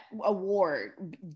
award